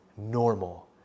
normal